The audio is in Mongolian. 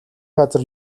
газар